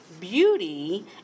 Beauty